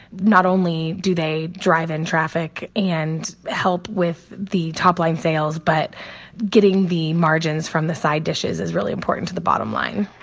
not only do they drive in traffic and help with the top-line sales, but getting the margins from the side dishes is really important to the bottom line.